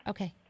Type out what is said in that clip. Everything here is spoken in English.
Okay